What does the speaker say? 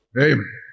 Amen